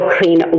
Clean